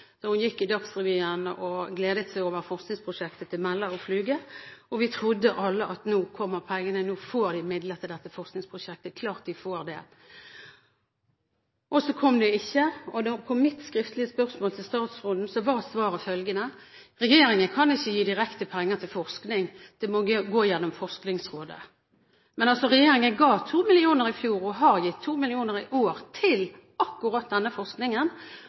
Så kom det ikke, og på mitt skriftlige spørsmål til statsråden var svaret: Regjeringen kan ikke gi direkte penger til forskning, det må gå gjennom Forskningsrådet. Men regjeringen ga 2 mill. kr i fjor og har gitt 2 mill. kr i år til akkurat denne forskningen,